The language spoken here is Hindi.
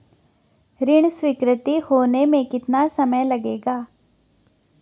ऋण स्वीकृति होने में कितना समय लगेगा?